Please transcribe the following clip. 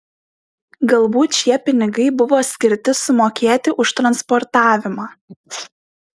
galbūt šie pinigai buvo skirti sumokėti už transportavimą